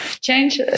change